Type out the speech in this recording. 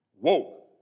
Woke